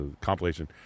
compilation